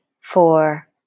four